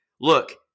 Look